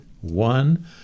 one